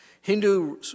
Hindu